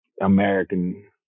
American